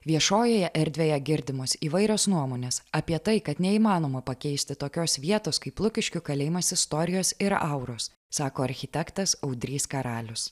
viešojoje erdvėje girdimos įvairios nuomonės apie tai kad neįmanoma pakeisti tokios vietos kaip lukiškių kalėjimas istorijos ir auros sako architektas audrys karalius